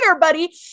buddy